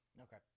Okay